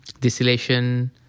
distillation